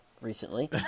recently